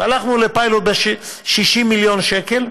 הלכנו לפיילוט ב-60 מיליון שקל,